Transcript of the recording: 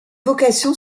vocation